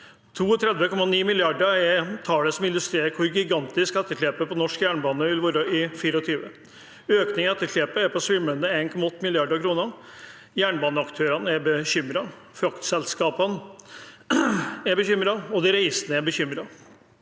32,9 mrd. kr er det som illustrerer hvor gigantisk etterslepet på norsk jernbane vil være i 2024. Økningen i etterslepet er på svimlende 1,8 mrd. kr. Jernbaneaktørene er bekymret, fraktselskapene er bekymret, og de reisende er bekymret.